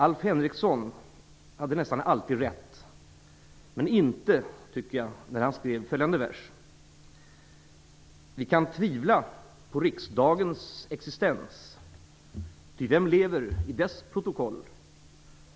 Alf Henriksson hade nästan alltid rätt, men inte när han skrev följande vers: Vi kan tvivla på riksdagens existens ty vem lever i dess protokoll.